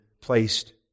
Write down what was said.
placed